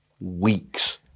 weeks